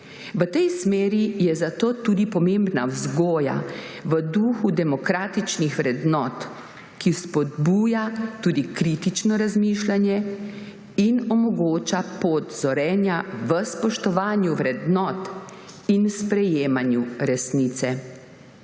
V tej smeri je zato tudi pomembna vzgoja v duhu demokratičnih vrednot, ki spodbuja tudi kritično razmišljanje in omogoča pot zorenja v spoštovanju vrednot in sprejemanju resnice.